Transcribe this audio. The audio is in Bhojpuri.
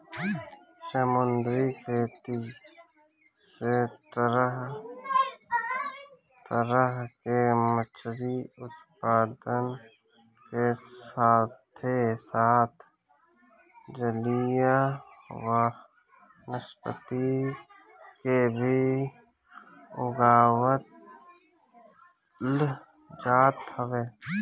समुंदरी खेती से तरह तरह के मछरी उत्पादन के साथे साथ जलीय वनस्पति के भी उगावल जात हवे